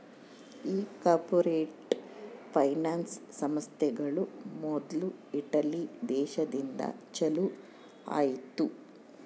ಈ corporate finance ಸಂಸ್ಥೆಗಳು ಮೊದ್ಲು ಇಟಲಿ ದೇಶದಿಂದ ಚಾಲೂ ಆಯ್ತ್